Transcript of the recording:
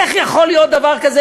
איך יכול להיות דבר כזה?